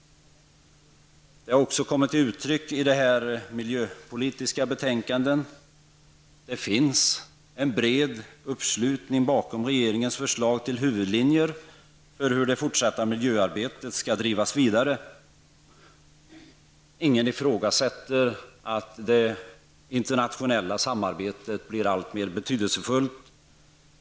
Det har också kommit till uttryck i det miljöpolitiska betänkandet. Det finns en bred uppslutning bakom regeringens förslag till huvudlinjer för hur miljöarbetet skall drivas vidare. Ingen ifrågasätter att det internationella samarbetet blir allt mer betydelsefullt.